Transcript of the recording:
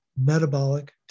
metabolic